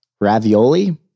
ravioli